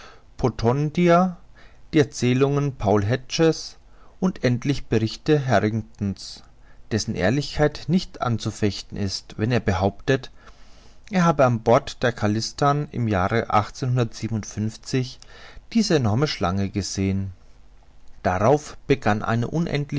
die erzählungen paul heggede's und endlich die berichte harrington's dessen ehrlichkeit nicht anzufechten ist wenn er behauptet er habe an bord des castillan im jahre diese enorme schlange gesehen darauf begann eine